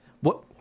What-